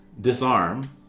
disarm